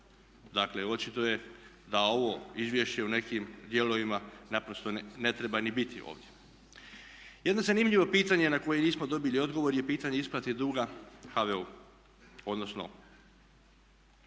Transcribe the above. Dakle, očito je da ovo izvješće u nekim dijelovima naprosto ne treba ni biti ovdje. Jedno zanimljivo pitanje na koje nismo dobili odgovor, je pitanje isplate duga HVO-u, odnosno